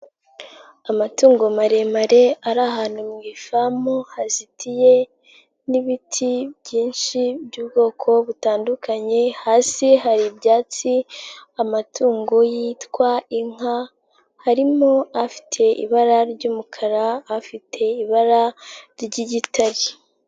Amatungo maremare ari ahantu mu ifamu hazitiye n'ibiti byinshi by'ubwoko butandukanye, hasi hari ibyatsi, amatungo yitwa inka, harimo afite ibara ry'umukara, afite ibara ry'igitare.